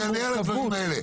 הוא יענה על הדברים האלה.